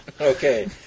Okay